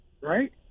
right